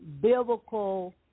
biblical